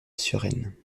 suresnes